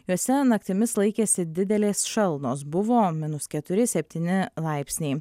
juose naktimis laikėsi didelės šalnos buvo minus keturi septyni laipsniai